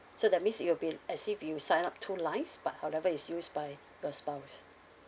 so that means it'll be as if you sign up two lines but however is used by your spouse